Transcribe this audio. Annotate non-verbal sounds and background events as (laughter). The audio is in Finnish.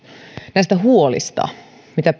näistä huolista mitä (unintelligible)